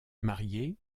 marié